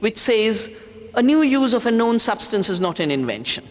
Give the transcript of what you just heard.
which says a new use of a known substance is not an invention